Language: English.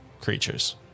creatures